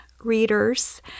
readers